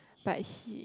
but he